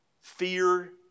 Fear